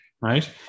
right